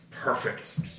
Perfect